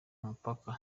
mupaka